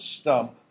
stump